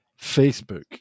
facebook